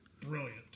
brilliant